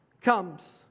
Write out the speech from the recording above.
comes